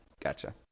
Gotcha